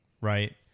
right